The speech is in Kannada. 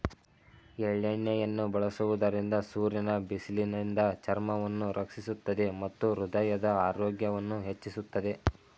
ಎಳ್ಳೆಣ್ಣೆಯನ್ನು ಬಳಸುವುದರಿಂದ ಸೂರ್ಯನ ಬಿಸಿಲಿನಿಂದ ಚರ್ಮವನ್ನು ರಕ್ಷಿಸುತ್ತದೆ ಮತ್ತು ಹೃದಯದ ಆರೋಗ್ಯವನ್ನು ಹೆಚ್ಚಿಸುತ್ತದೆ